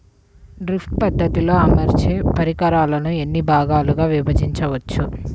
Drip పద్ధతిలో అమర్చే పరికరాలను ఎన్ని భాగాలుగా విభజించవచ్చు?